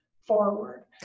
forward